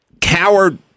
coward